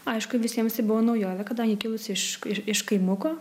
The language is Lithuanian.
aišku visiems tai buvo naujovė kadangi kilusi iš iš kaimuko